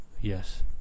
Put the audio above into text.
yes